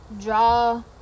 draw